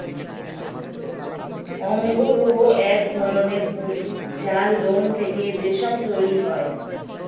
অঙ্গরূহ এক ধরণের পশু যার লোম থেকে রেশম তৈরি হয়